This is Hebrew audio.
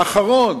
האחרון,